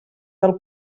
del